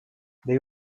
they